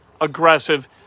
aggressive